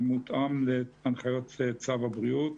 מותאם להנחיות צו הבריאות.